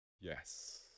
Yes